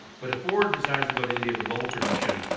but if ford decides to go to india for global production,